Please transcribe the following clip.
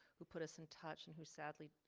who put us in touch and who sadly